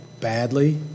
badly